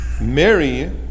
Mary